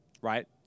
right